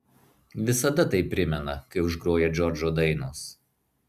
visada tai primena kai užgroja džordžo dainos